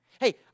Hey